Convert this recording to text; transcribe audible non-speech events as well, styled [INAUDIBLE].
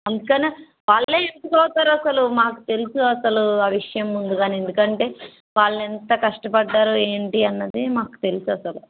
అందుకనే వాళ్ళే ఎక్కువ [UNINTELLIGIBLE] మాకు తెలుససలు ఆ విషయం ముందుగానే ఎందుకంటే వాళ్ళెంత కష్టపడ్డారో ఏంటి అన్నది మాకు తెలుససలు